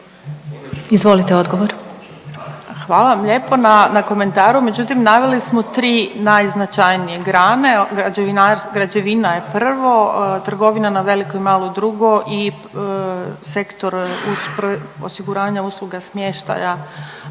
Spomenka** Hvala vam lijepo na komentaru, međutim naveli smo tri najznačajnije grane građevina je prvo, trgovina na veliko i malo drugo i sektor osiguranja usluge smještaja